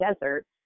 deserts